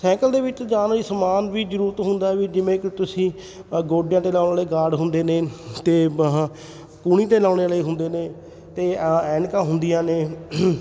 cycle ਦੇ ਵਿੱਚ ਸਮਾਨ ਵੀ ਜ਼ਰੂਰਤ ਹੁੰਦਾ ਵੀ ਜਿਵੇਂ ਕਿ ਤੁਸੀਂ ਗੋਡਿਆਂ 'ਤੇ ਲਾਉਣ ਵਾਲੇ ਗਾਡ ਹੁੰਦੇ ਨੇ ਅਤੇ ਬਾਹਾਂ ਕੂਹਣੀ 'ਤੇ ਲਾਉਣ ਵਾਲੇ ਹੁੰਦੇ ਨੇ ਅਤੇ ਅ ਐਨਕਾਂ ਹੁੰਦੀਆਂ ਨੇ